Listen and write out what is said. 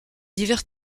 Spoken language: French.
divers